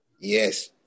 Yes